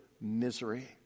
misery